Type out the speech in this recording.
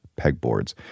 pegboards